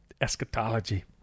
eschatology